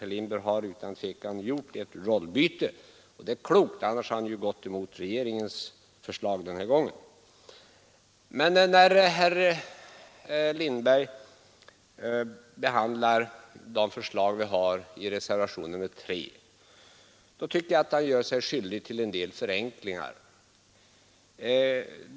Herr Lindberg har utan tvivel gjort ett rollbyte, och det är klokt, annars hade han gått emot regeringens förslag den här gången. Men när herr Lindberg talar om förslaget i reservationen 3, då tycks han göra sig skyldig till en del förenklingar.